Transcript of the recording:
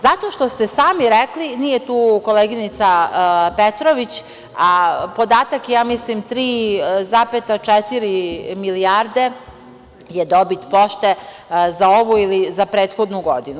Zato što ste sami rekli, a nije tu koleginica Petrović, podatak je 3,4 milijarde je dobit pošte za ovu ili za prethodnu godinu.